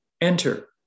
Enter